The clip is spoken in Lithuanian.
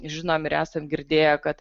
žinom ir esam girdėję kad